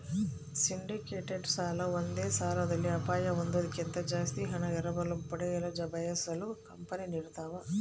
syndicated ಸಾಲ ಒಂದೇ ಸಾಲದಲ್ಲಿ ಅಪಾಯ ಹೊಂದೋದ್ಕಿಂತ ಜಾಸ್ತಿ ಹಣ ಎರವಲು ಪಡೆಯಲು ಬಯಸುವ ಕಂಪನಿ ನೀಡತವ